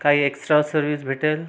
काही extra service भेटेल